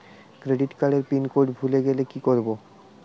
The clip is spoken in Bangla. ক্রেডিট কার্ডের পিনকোড ভুলে গেলে কি করব?